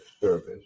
service